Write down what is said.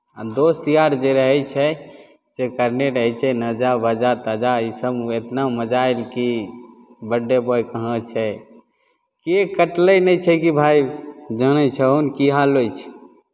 आ दोस्त यार जे रहै छै से करने रहै छै नाजा बाजा ताजा इसभमे इतना मजा आयल कि बड्डे बॉय कहाँ छै केक कटले नहि छै कि भाय जानै छहुन की हाल होइ छै